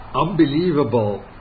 unbelievable